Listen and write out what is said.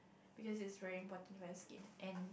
because is very important for your skin and